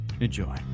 Enjoy